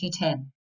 q10